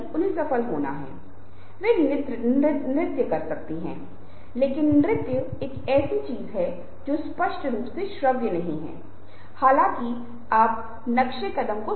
कोई व्यक्ति एक उदाहरण दे रहा है और आप भी कोई उदाहरण दे रहे हैं वह व्यक्ति उससे सहमत हो सकता है लेकिन हो सकता है की अन्य संदर्भ में नहीं